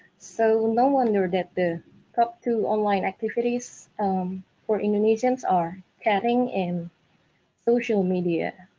so no wonder that the talk to online activities for indonesians are carrying in social media.